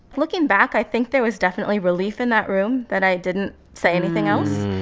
looking back, i think there was definitely relief in that room that i didn't say anything else,